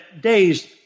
days